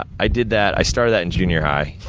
i did that, i started that in junior high.